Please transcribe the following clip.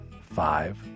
Five